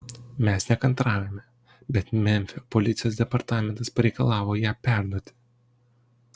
mes nekantraujame bet memfio policijos departamentas pareikalavo ją perduoti